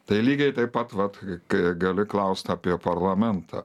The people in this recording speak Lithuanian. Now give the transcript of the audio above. tai lygiai taip pat vat kai gali klaust apie parlamentą